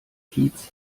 kiez